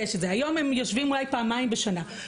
היום הם יושבים אולי פעמיים בשנה,